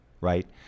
right